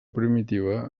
primitiva